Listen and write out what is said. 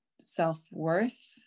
self-worth